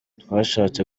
twashatse